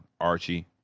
Archie